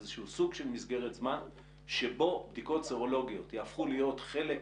איזה סוג של מסגרת זמן שבה בדיקות סרולוגיות יהפכו להיות חלק